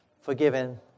forgiven